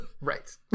Right